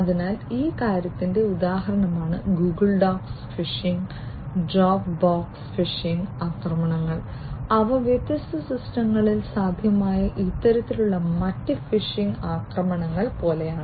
അതിനാൽ ഈ കാര്യത്തിന്റെ ഉദാഹരണമാണ് Google docs phishing Dropbox phishing ആക്രമണങ്ങൾ അവ വ്യത്യസ്ത സിസ്റ്റങ്ങളിൽ സാധ്യമായ ഇത്തരത്തിലുള്ള മറ്റ് ഫിഷിംഗ് ആക്രമണങ്ങൾ പോലെയാണ്